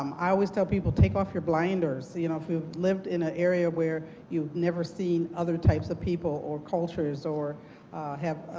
um i always tell people take off your blinders. you know if you lived in an area where you've never seen other types of people or cultures or have